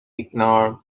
ignore